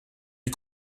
est